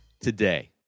today